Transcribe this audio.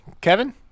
Kevin